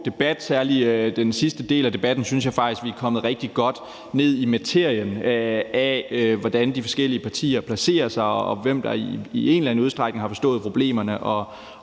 debat. I særlig den sidste del af debatten synes jeg faktisk vi kom rigtig godt ned i materien af, hvordan de forskellige partier placerer sig, og hvem der i en eller anden udstrækning har forstået problemerne,